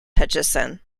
hutchison